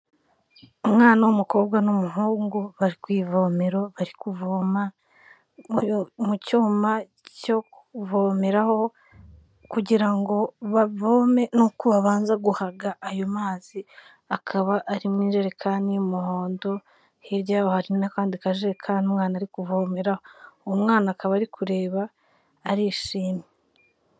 Umwana w'umukobwa n'umuhungu, bari ku ivomero, bari kuvoma mu cyuma cyo kuvomeraho kugira ngo bavome, ni uko babanza guhaga ayo mazi, akaba ari mu ijerekani y'umuhondo, hirya yabo hari n'akandi kajekani umwana ari kuvomera, umwana akaba ari kureba, arishimye.